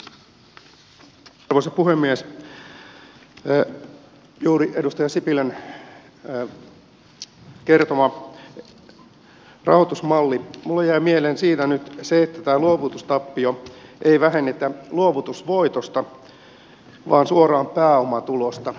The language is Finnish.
edustaja sipilän kertomasta rahoitusmallista minulle jäi mieleen nyt se että tätä luovutustappiota ei vähennetä luovutusvoitosta vaan suoraan pääomatulosta